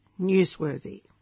newsworthy